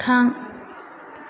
थां